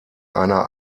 einer